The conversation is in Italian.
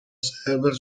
server